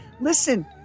Listen